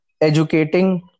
educating